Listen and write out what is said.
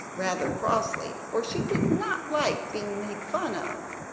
rather crossly, for she did not like being made fun of.